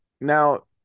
now